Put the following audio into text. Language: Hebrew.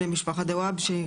בני משפחת דוואבשה,